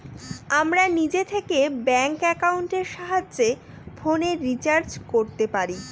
আমরা নিজে থেকে ব্যাঙ্ক একাউন্টের সাহায্যে ফোনের রিচার্জ করতে পারি